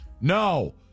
No